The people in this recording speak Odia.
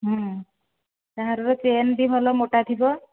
ତା'ର ଚେନ୍ ବି ଭଲ ମୋଟା ଥିବ